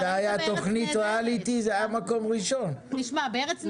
ביקרתי במבנה החדש שיש להם במודיעין, שמעתי אותם.